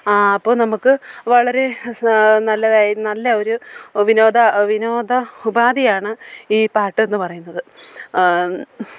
ആ അപ്പം നമുക്ക് വളരെ സ നല്ലതായി നല്ല ഒരു വിനോദ വിനോദ ഉപാധിയാണ് ഈ പാട്ടെന്നു പറയുന്നത്